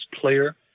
player